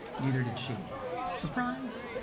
neither did she surprise!